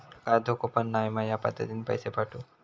काय धोको पन नाय मा ह्या पद्धतीनं पैसे पाठउक?